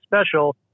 special